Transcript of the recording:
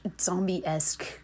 zombie-esque